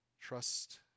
trust